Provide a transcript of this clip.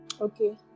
Okay